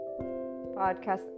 podcast